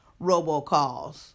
robocalls